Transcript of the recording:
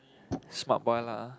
smart boy lah